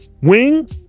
wing